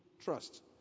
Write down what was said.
trust